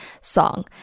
song